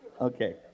Okay